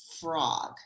frog